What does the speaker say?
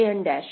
An I